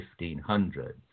1500s